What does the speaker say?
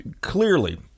clearly